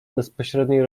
bezpośredniej